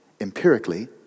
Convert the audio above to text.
empirically